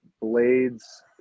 Blades